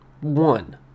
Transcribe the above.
one